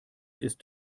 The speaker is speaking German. ist